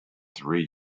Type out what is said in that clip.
three